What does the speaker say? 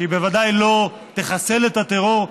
שבוודאי לא תחסל את הטרור,